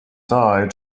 died